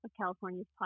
California's